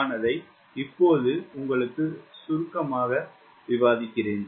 நான் அதை இப்போது சுருக்கமாக விவாதிக்கிறேன்